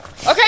Okay